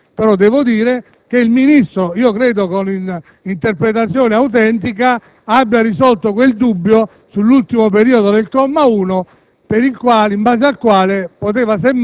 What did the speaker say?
Mi fa piacere per altro, signor Presidente, lo devo dire, che il Ministro - credo con interpretazione autentica - abbia risolto quel dubbio sull'ultimo periodo del comma 1,